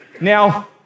Now